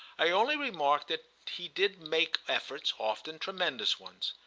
i only remarked that he did make efforts often tremendous ones.